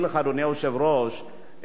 אדוני היושב-ראש,